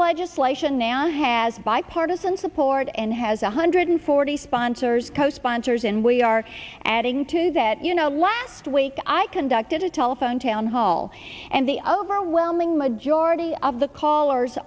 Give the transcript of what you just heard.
legislation now has bipartisan support and has one hundred forty sponsors co sponsors and we are adding to that you know last week i conducted a telephone town hall and the overwhelming majority of the callers